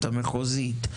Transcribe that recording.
את המחוזית,